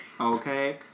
Okay